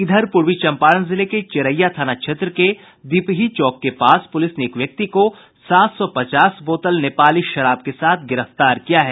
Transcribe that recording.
इधर प्रर्वी चंपारण जिले के चिरैया थाना क्षेत्र के दिपहि चौक के पास पुलिस ने एक व्यक्ति को सात सौ पचास बोतल नेपाली शराब के साथ गिरफ्तार किया है